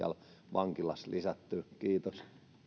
vankilassa lisättyä kiitos